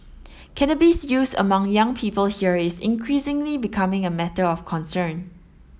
cannabis use among young people here is increasingly becoming a matter of concern